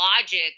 logic